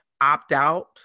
opt-out